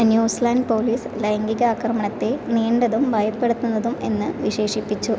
New Zealand police ലൈംഗിക അക്രമണത്തെ നീണ്ടതും ഭയപ്പെടുത്തുന്നതും എന്ന് വിശേഷിപ്പിച്ചു